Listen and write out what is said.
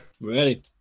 Ready